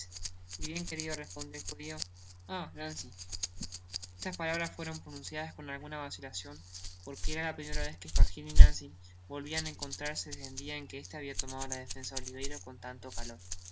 y bien querido respondió el judioah nancy eslas palabras fueron pronunciadas con alguna vacilacion porque era la primera vez que fagin y nancy volvian á encontrarse desde el dia en que esta habia tomado la defensa de oliverio con tanto calor sin